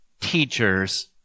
teachers